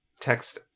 text